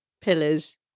pillars